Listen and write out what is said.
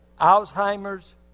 Alzheimer's